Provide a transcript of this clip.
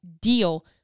deal